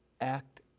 act